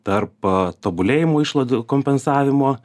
tarp tobulėjimo išlaidų kompensavimo